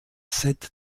set